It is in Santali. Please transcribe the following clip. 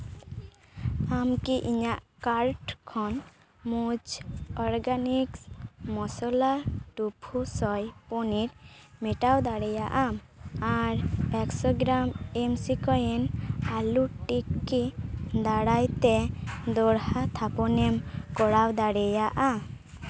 ᱟᱢ ᱠᱤ ᱤᱧᱟᱹᱜ ᱠᱟᱨᱴ ᱠᱷᱚᱱ ᱢᱩᱪ ᱚᱨᱜᱟᱱᱤᱠᱥ ᱢᱚᱥᱚᱞᱟ ᱴᱩᱯᱷᱩᱥᱚᱭ ᱯᱚᱱᱤᱨ ᱢᱮᱴᱟᱣ ᱫᱟᱲᱮᱭᱟᱜᱼᱟᱢ ᱟᱨ ᱮᱠᱥᱚ ᱜᱨᱟᱢ ᱮᱢ ᱥᱤ ᱠᱚᱭᱮᱱ ᱟᱞᱩ ᱴᱤᱠᱠᱤ ᱫᱟᱲᱟᱭᱛᱮ ᱫᱚᱦᱲᱟ ᱛᱷᱟᱯᱚᱱᱮᱢ ᱠᱚᱨᱟᱣ ᱫᱟᱲᱮᱭᱟᱜᱼᱟ